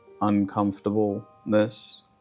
uncomfortableness